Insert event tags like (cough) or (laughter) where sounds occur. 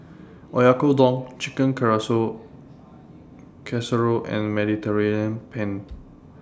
Oyakodon Chicken (unintelligible) Casserole and Mediterranean Penne (noise)